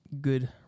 good